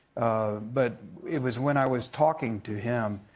but it was when i was talking to him.